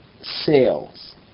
sales